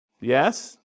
Yes